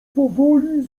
powoli